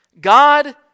God